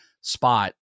spot